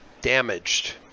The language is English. Damaged